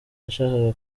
yashakaga